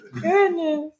Goodness